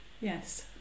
yes